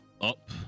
up